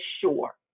sure